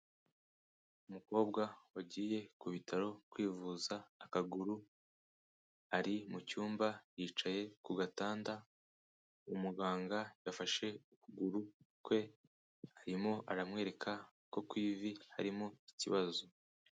Umukobwa wagiye ku bitaro kwivuza akaguru, ari mu cyumba yicaye ku gatanda, umuganga yafashe ukuguru kwe arimo aramwereka ko ku ivi harimo ikibazo.